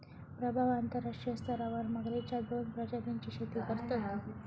प्रभाव अंतरराष्ट्रीय स्तरावर मगरेच्या दोन प्रजातींची शेती करतत